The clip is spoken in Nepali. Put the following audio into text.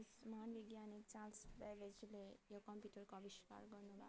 महान् वैज्ञानिक चार्ल्स बेबेजले यो कम्प्युटरको आविष्कार गर्नु गर्नु भएको हो